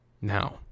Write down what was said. Now